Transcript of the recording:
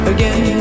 Again